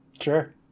Sure